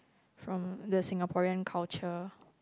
from the Singaporean culture